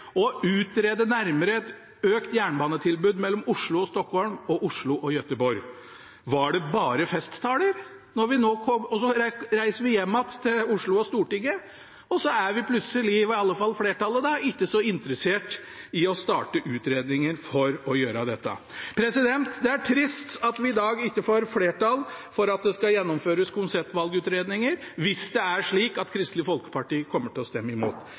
og utrede nærmere et økt jernbanetilbud mellom Oslo og Stockholm og Oslo og Göteborg. Var det bare festtaler? Etter at vi reiste hjem igjen til Oslo og Stortinget, er man plutselig – iallfall flertallet – ikke så interessert i å starte utredninger for å gjøre dette. Det er trist at vi i dag ikke får flertall for at det skal gjennomføres konseptvalgutredninger – hvis det er slik at Kristelig Folkeparti kommer til å stemme imot.